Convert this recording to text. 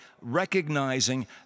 recognizing